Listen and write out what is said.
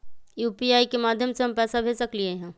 UPI के माध्यम से हम पैसा भेज सकलियै ह?